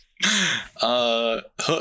Hook